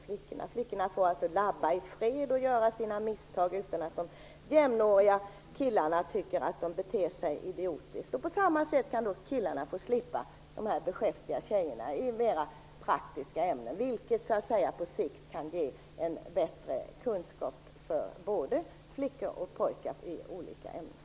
Flickorna skulle då få laborera i fred och göra sina misstag utan att jämnåriga killar tycker att de beter sig idiotiskt. På motsvarande sätt skulle killarna slippa "beskäftiga" tjejer i mera praktiska ämnen. På sikt kan det ge både flickor och pojkar bättre kunskaper i de olika ämnena.